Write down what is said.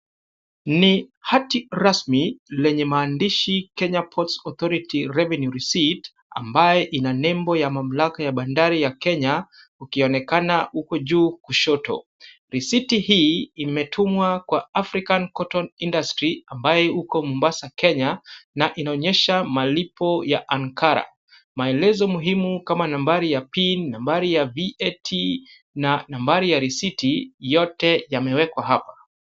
Ni hati rasmi lenye maandishi Kenya Authority Revenue Receipt ambaye ina nembo ya mamlaka ya bandari ya Kenya, ukionekana huko juu kushoto. Risiti hii imetumwa kwa African Cotton Industry ambaye uko Mombasa, Kenya na inaonyesha malipo ya ankara . Maelezo muhimu kama nambari ya PIN , nambari ya VAT , na nambari ya risiti yote yamewekwa hapa.